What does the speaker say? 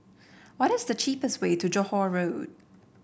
what is the cheapest way to Johore Road